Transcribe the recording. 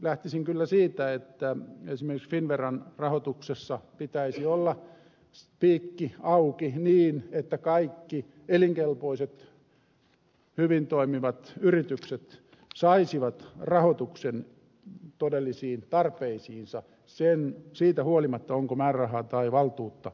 lähtisin kyllä siitä että esimerkiksi finnveran rahoituksessa pitäisi olla piikki auki niin että kaikki elinkelpoiset hyvin toimivat yritykset saisivat rahoituksen todellisiin tarpeisiinsa siitä huolimatta onko määrärahaa tai valtuutta